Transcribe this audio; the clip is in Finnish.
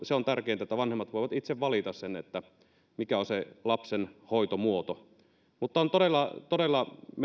se on tärkeintä että vanhemmat voivat itse valita mikä on lapsen hoitomuoto todella todella